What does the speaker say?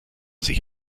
sich